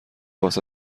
واست